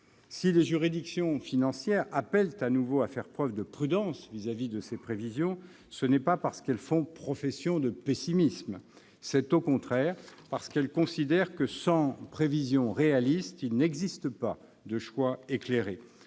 Si les juridictions financières appellent de nouveau à faire preuve de prudence vis-à-vis de ces prévisions, ce n'est pas parce qu'elles font profession de pessimisme. C'est au contraire parce qu'elles considèrent que, sans prévisions réalistes, il n'existe pas de choix éclairés.